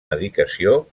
medicació